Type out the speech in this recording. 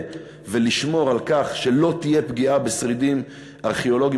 ולשמור על כך שלא תהיה פגיעה בשרידים ארכיאולוגיים,